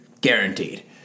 guaranteed